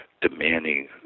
demanding